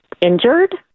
injured